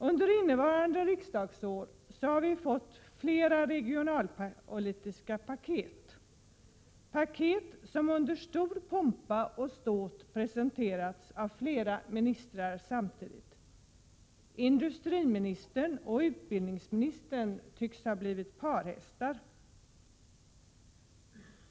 Under innevarande riksdagsår har vi fått flera regionalpolitiska paket — paket, som under stor pompa och ståt presenterats av flera ministrar samtidigt. Industriministern och utbildningsministern tycks ha blivit parhästar.